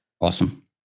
Awesome